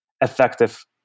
Effective